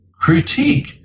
critique